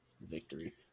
victory